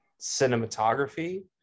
cinematography